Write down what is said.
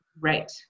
Right